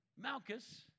Malchus